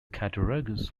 cattaraugus